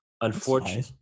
Unfortunately